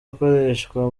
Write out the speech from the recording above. akoreshwa